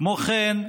כמו כן,